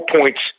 points